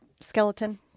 skeleton